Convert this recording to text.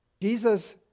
Jesus